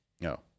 No